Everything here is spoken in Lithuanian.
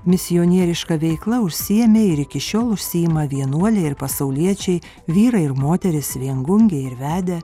misionieriška veikla užsiėmė ir iki šiol užsiima vienuoliai ir pasauliečiai vyrai ir moterys viengungiai ir vedę